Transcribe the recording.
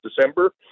December